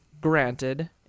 Granted